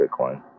Bitcoin